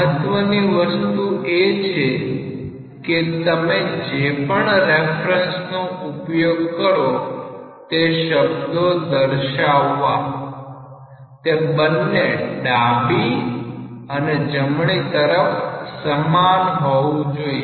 મહત્વની વસ્તુ એ છે કે તમે જે પણ રેફરન્સનો ઉપયોગ કરો તે શબ્દો દર્શાવવા તે બંને ડાબી અને જમણી તરફ સમાન હોવું જોઈએ